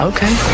Okay